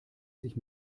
sich